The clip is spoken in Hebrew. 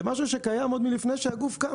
זה משהו שקיים עוד מלפני שהגוף קם,